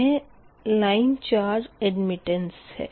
यहाँ line charge admittance भी है